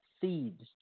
seeds